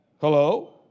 Hello